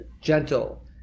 gentle